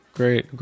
great